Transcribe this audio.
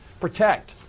protect